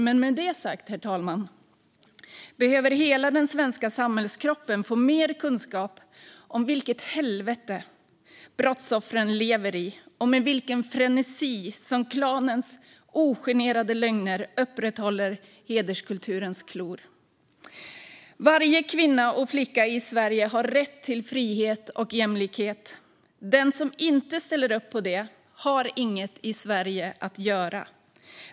Men med det sagt, herr talman, behöver hela den svenska samhällskroppen få mer kunskap om vilket helvete brottsoffren lever i och med vilken frenesi som klanens ogenerade lögner upprätthåller hederskulturens grepp. Varje kvinna och flicka i Sverige har rätt till frihet och jämlikhet. Den som inte ställer upp på det har inget i Sverige att göra.